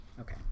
Okay